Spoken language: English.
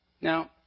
Now